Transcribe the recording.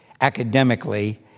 academically